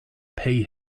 pay